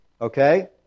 Okay